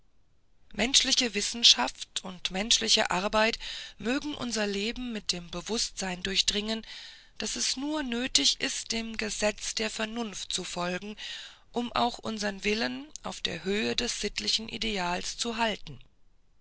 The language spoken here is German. menschliche wissenschaft und menschliche arbeit möge unser leben mit dem bewußtsein durchdringen daß es nur nötig ist dem gesetz der vernunft zu folgen um auch unsern willen auf der höhe des sittlichen ideals zu halten